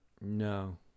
No